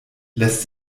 lässt